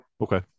Okay